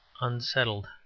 unsettled